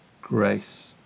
grace